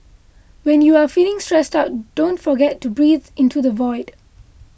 when you are feeling stressed out don't forget to breathe into the void